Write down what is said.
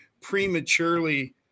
prematurely